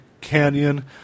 Canyon